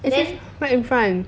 it's just right in front